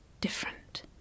different